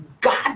God